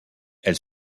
elle